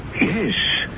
yes